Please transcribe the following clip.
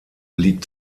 liegen